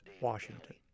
Washington